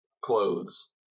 clothes